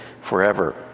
forever